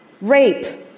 rape